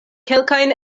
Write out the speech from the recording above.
kelkajn